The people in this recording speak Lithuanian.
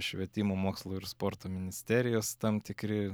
švietimo mokslo ir sporto ministerijos tam tikri